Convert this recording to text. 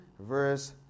verse